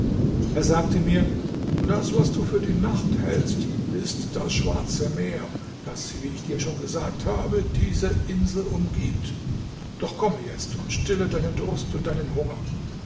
er sagte mir das was du für die nacht hältst ist das schwarze meer das wie ich dir schon gesagt habe diese insel umgibt doch komme jetzt und stille deinen durst und deinen hunger